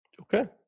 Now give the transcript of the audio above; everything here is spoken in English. okay